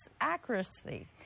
accuracy